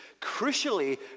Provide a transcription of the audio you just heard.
crucially